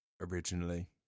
originally